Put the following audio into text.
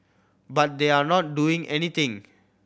but they are not doing anything